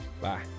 Bye